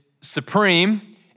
supreme